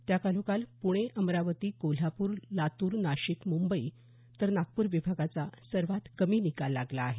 त्याखालोखाल पुणे अमरावती कोल्हापूर लातूर नाशिक मुंबई तर नागपूर विभागाचा सर्वात कमी निकाल लागला आहे